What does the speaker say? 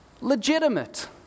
Legitimate